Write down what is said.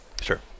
Sure